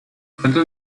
whether